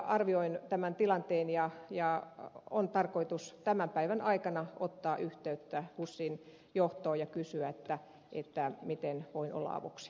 arvioin tämän tilanteen ja on tarkoitus tämän päivän aikana ottaa yhteyttä husin johtoon ja kysyä miten voin olla avuksi